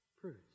proves